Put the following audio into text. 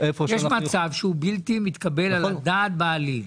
יש מצב שהוא בלתי מתקבל על הדעת בעליל.